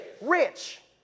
rich